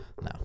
No